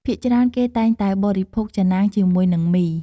ភាគច្រើនគេតែងតែបរិភោគចាណាងជាមួយនឹងមី។